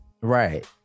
Right